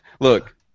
Look